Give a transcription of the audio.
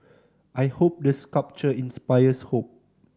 I hope the sculpture inspires hope